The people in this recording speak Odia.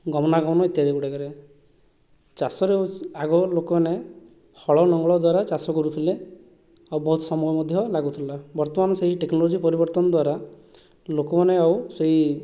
ଗମନା ଗମନ ଇତ୍ୟାଦି ଗୁଡ଼ାକରେ ଚାଷରେ ଆଗ ଲୋକମାନେ ହଳ ଲଙ୍ଗଳ ଦ୍ଵାରା ଚାଷ କରୁଥିଲେ ଆଉ ବହୁତ ସମୟ ମଧ୍ୟ ଲାଗୁଥିଲା ବର୍ତ୍ତମାନ ସେଇ ଟେକନୋଲୋଜି ପରିବର୍ତ୍ତନ ଦ୍ଵାରା ଲୋକମାନେ ଆଉ ସେଇ